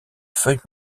feuille